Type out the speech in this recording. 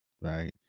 right